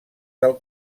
del